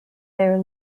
their